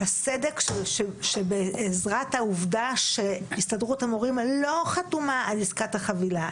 הסדק שבעזרת העובדה שהסתדרות המורים לא חתומה על עסקת החבילה,